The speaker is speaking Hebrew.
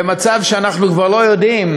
במצב שאנחנו כבר לא יודעים